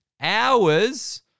hours